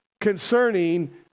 concerning